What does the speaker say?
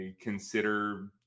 consider